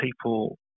people